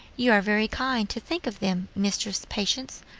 you are very kind to think of them, mistress patience,